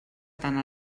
tant